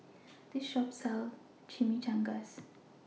This Shop sells Chimichangas